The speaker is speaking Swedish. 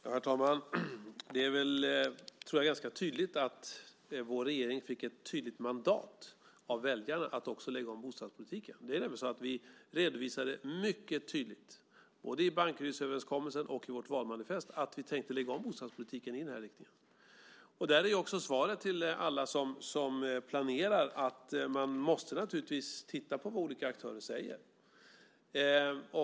Herr talman! Jag tror att det är ganska tydligt att vår regering fick ett tydligt mandat av väljarna att också lägga om bostadspolitiken. Vi redovisade mycket tydligt, både i Bankerydsöverenskommelsen och i vårt valmanifest, att vi tänkte lägga om bostadspolitiken i den här riktningen. Det är också svaret till alla som planerar. Man måste naturligtvis titta på vad olika aktörer säger.